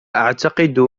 أعتقد